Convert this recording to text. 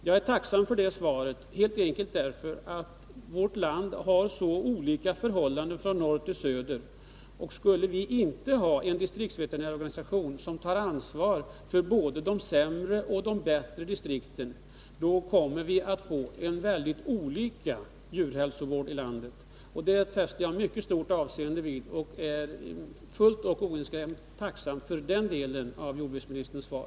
Jag är tacksam för det svaret, helt enkelt därför att vårt land har så olika förhållanden från norr till söder, att skulle vi inte ha en distriktsveterinärorganisation som tar ansvar för både de sämre och de bättre distrikten, kommer vi att få mycket olika djurhälsovård i landet. Detta fäster jag mycket stort avseende vid, och jag är fullt och oinskränkt tacksam för den delen av jordbruksministerns svar.